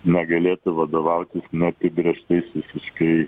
negalėtų vadovautis neapibrėžtais visiškiai